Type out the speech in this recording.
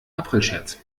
aprilscherz